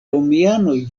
romianoj